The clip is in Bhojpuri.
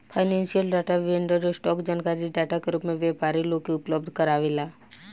फाइनेंशियल डाटा वेंडर, स्टॉक जानकारी डाटा के रूप में व्यापारी लोग के उपलब्ध कारावेला